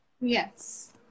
Yes